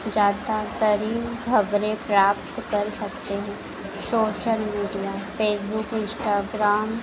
ज़यादातरी खबरें प्राप्त कर सकते हैं शोशल मीडिया फे़सबुक इंश्टाग्राम